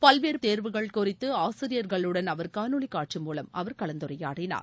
பல்வேறு தேர்வுகள் குறித்து ஆசிரியர்களுடன் அவர் காணொலிக் காட்சி மூலம் கலந்துரையாடினார்